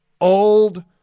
old